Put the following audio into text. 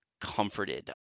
comforted